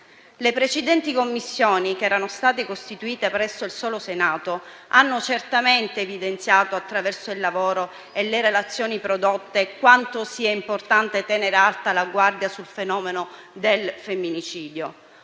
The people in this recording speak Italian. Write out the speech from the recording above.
Le precedenti Commissioni, che erano state costituite presso il solo Senato, hanno certamente evidenziato, attraverso il lavoro e le relazioni prodotte, quanto sia importante tenere alta la guardia sul fenomeno del femminicidio.